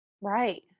Right